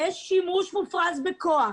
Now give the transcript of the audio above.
יש שימוש מופרז בכוח,